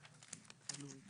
הלאה.